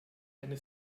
eine